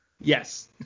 Yes